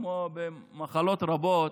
כמו במחלות רבות,